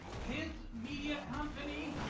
his media company,